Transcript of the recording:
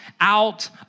out